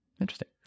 interesting